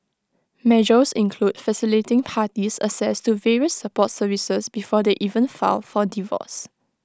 measures include facilitating parties access to various support services before they even file for divorce